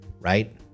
Right